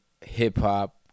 hip-hop